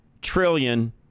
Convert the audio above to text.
trillion